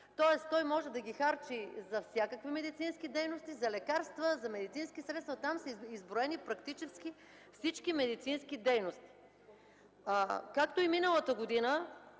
Тоест, той може да ги харчи за всякакви медицински дейности, за лекарства, за медицински средства, там са изброени практически всички медицински дейности. Както и миналата година,